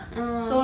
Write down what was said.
ah